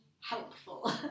helpful